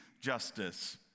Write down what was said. justice